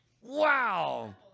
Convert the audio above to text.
Wow